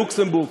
לוקסמבורג,